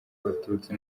abatutsi